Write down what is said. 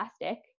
elastic